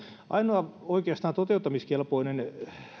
ainoa toteuttamiskelpoinen